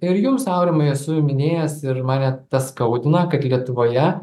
ir jums aurimui esu minėjęs ir mane tas skaudina kad lietuvoje